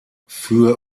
für